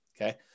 Okay